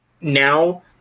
now